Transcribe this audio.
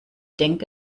denke